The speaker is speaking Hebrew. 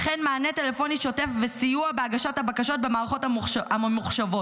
וכן מענה טלפוני שוטף וסיוע בהגשת הבקשות במערכות הממוחשבות.